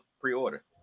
pre-order